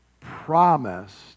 promised